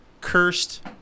cursed